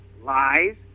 lies